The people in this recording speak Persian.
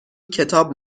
کتاب